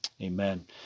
Amen